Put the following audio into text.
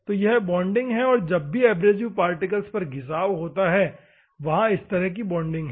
तो यह बॉन्डिंग है और जब भी एब्रेसिव पार्टिकल पर घिसाव होता है वहां इसी तरह की बॉन्डिंग है